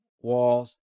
walls